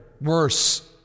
worse